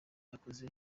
yakoze